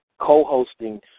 co-hosting